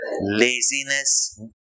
laziness